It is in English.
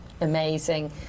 amazing